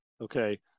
Okay